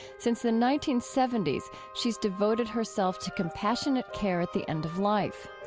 since the nineteen seventy s, she's devoted herself to compassionate care at the end of life.